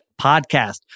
podcast